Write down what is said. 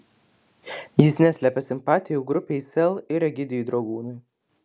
jis neslepia simpatijų grupei sel ir egidijui dragūnui